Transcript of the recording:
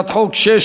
נתקבלה.